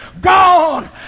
gone